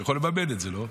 הוא יכול לממן את זה, לא?